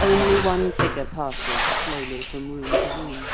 only one figure passes slowly from room to room